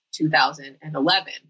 2011